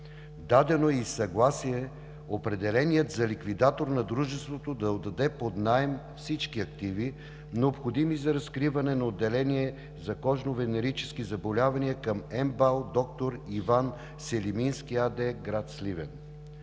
Дадено е и съгласие определеният за ликвидатор на дружеството да отдаде под наем всички активи, необходими за разкриване на отделение за кожно-венерически заболявания към МБАЛ „Доктор Иван Селимински“ АД – гр. Сливен.